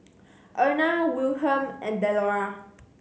Erna Wilhelm and Delora